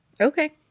Okay